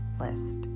list